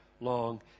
long